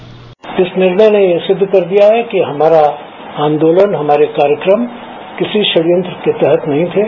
bite इस निर्णय ने यह सिद्ध कर दिया है कि हमारा आंदोलन हमारे कार्यक्रम किसी षडयंत्र के तहत नहीं थे